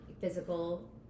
physical